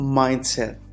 mindset